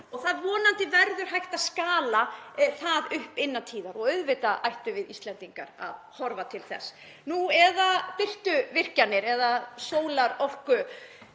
og vonandi verður hægt að skala það upp innan tíðar og auðvitað ættum við Íslendingar að horfa til þess, nú eða birtu- eða sólarorku.